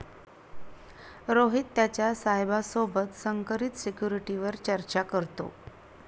रोहित त्याच्या साहेबा सोबत संकरित सिक्युरिटीवर चर्चा करतो